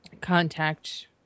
contact